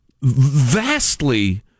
vastly